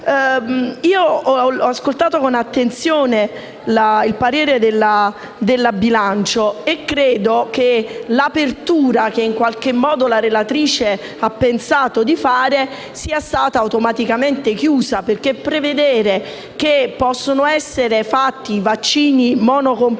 Ho ascoltato con attenzione il parere della Commissione bilancio e credo che l'apertura che, in qualche modo, la relatrice ha pensato di fare sia stata automaticamente chiusa. Infatti, prevedere che possano essere fatti vaccini monocomponente